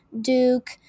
Duke